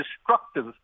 destructive